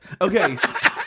Okay